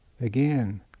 again